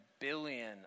billion